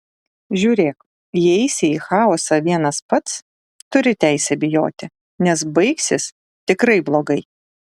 žiūrėk jei eisi į chaosą vienas pats turi teisę bijoti nes baigsis tikrai blogai